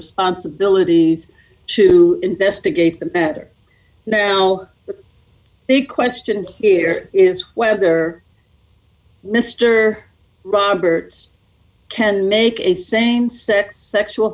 responsibilities to investigate the matter now the big question here is whether mr roberts can make a same sex sexual